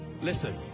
Listen